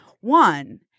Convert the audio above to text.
One